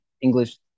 English